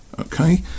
okay